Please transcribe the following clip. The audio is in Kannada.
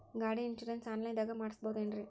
ಗಾಡಿ ಇನ್ಶೂರೆನ್ಸ್ ಆನ್ಲೈನ್ ದಾಗ ಮಾಡಸ್ಬಹುದೆನ್ರಿ?